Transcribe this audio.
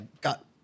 got